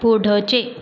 पुढचे